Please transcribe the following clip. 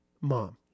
mom